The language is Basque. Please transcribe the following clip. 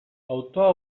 autoa